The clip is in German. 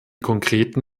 konkreten